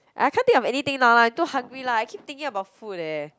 I can't think of anything now lah too hungry lah I keep thinking about food eh